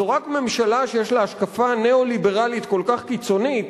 זו רק ממשלה שיש לה השקפה ניאו-ליברלית כל כך קיצונית